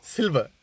Silver